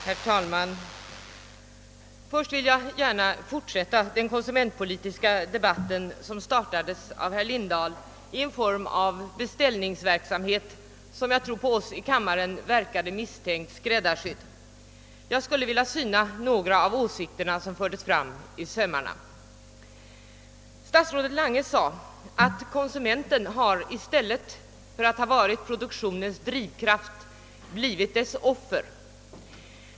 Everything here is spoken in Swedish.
Herr talman! Först vill jag gärna fortsätta den konsumentpolitiska dehatt, som startades av herr Lindahl i form av en beställningsverksamhet som jag tror på oss i kammaren verkade misstänkt skräddarsydd. Jag skulle vilja syna några av de åsikter som fördes fram i sömmarna. Statsrådet Lange sade att konsumenten i stället för att ha varit produktio nens drivkraft blivit dess offer.